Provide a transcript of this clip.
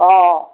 অঁ